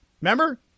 remember